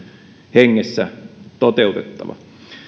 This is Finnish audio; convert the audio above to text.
hengessä toteutettava